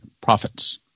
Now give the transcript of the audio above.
profits